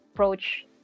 approach